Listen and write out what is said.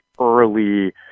early